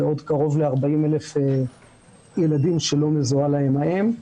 ועוד קרוב ל-40,000 ילדים שלא מזוהה להם האם,